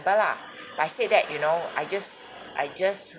lah but I said that you know I just I just